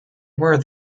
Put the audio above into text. were